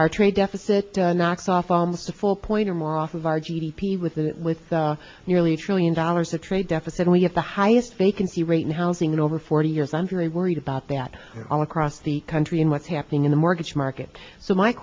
our trade deficit knocks off almost a full point or more off of our g d p with the with nearly a trillion dollars of trade deficit we have the highest vacancy rate in housing in over forty years i'm very worried about that all across the country in what's happening in the mortgage market so my